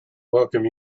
welcome